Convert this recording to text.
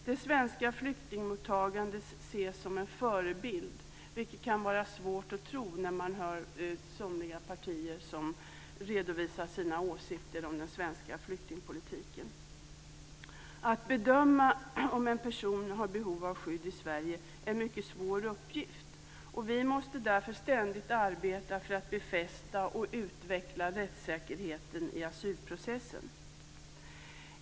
Det svenska flyktingmottagandet ses som en förebild, vilket kan vara svårt att tro när man hör somliga partier som redovisar sina åsikter om den svenska flyktingpolitiken. Att bedöma om en person har behov av skydd i Sverige är mycket en svår uppgift. Vi måste därför ständigt arbeta för att befästa och utveckla rättssäkerheten i asylprocessen.